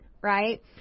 right